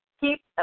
keep